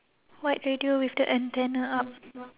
white radio with the antenna up